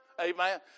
Amen